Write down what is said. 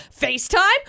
FaceTime